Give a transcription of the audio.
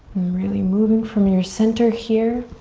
really moving from your center here.